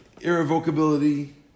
irrevocability